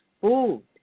food